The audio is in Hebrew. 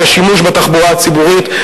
את השימוש בתחבורה הציבורית,